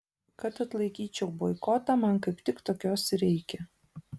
kad atlaikyčiau boikotą man kaip tik tokios ir reikia